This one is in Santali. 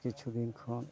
ᱠᱤᱪᱷᱩᱫᱤᱱ ᱠᱷᱚᱱ